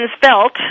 felt